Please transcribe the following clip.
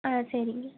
ஆ சரிங்க